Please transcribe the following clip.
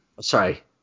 Sorry